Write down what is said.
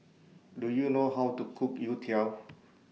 Do YOU know How to Cook Youtiao